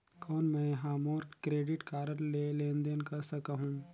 कौन मैं ह मोर क्रेडिट कारड ले लेनदेन कर सकहुं?